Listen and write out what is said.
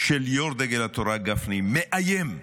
של יו"ר דגל התורה גפני מאיים,